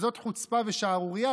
זאת חוצפה ושערורייה.